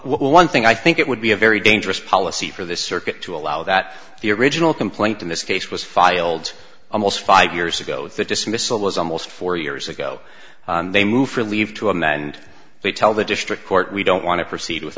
one thing i think it would be a very dangerous policy for this circuit to allow that the original complaint in this case was filed almost five years ago the dismissal was almost four years ago they moved relieved to him and they tell the district court we don't want to proceed with